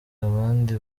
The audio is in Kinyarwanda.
abandi